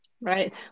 Right